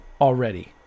already